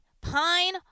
Pine